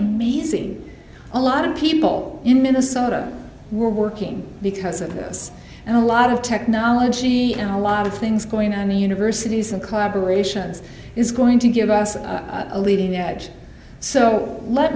amazing a lot of people in minnesota were working because of this and a lot of technology and a lot of things going on in the universities and collaboration's is going to give us a leading edge so let